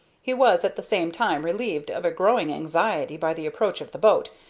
he was at the same time relieved of a growing anxiety by the approach of the boat,